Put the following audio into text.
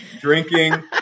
drinking